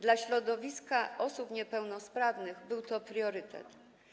Dla środowiska osób niepełnosprawnych był to priorytet.